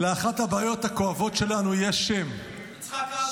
"לאחת הבעיות הכואבות שלנו יש שם, " יצחק רבין.